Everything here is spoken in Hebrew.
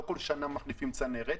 לא כל שנה מחליפים צנרת.